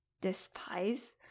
despise